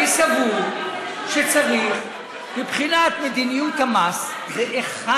אני סבור שצריך, מבחינת מדיניות המס זה אחד